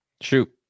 Shoot